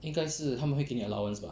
应该是他们会给你 allowance bah